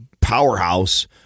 powerhouse